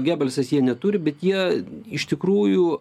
gebalsas jie neturi bet jie iš tikrųjų